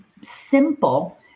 simple